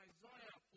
Isaiah